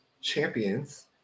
champions